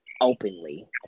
openly